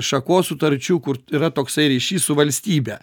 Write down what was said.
šakos sutarčių kur yra toksai ryšys su valstybe